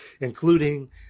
including